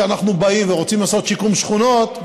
כשאנחנו באים ורוצים לעשות שיקום שכונות,